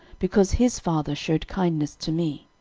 because his father shewed kindness to me.